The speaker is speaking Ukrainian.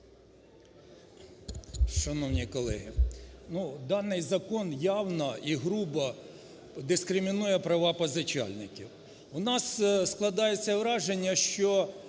Шановні колеги! Даний закон явно і грубо дискримінує права позичальників. У нас складається враження, що